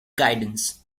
guidance